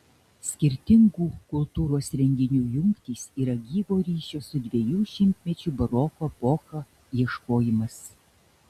skirtingų kultūros renginių jungtys yra gyvo ryšio su dviejų šimtmečių baroko epocha ieškojimas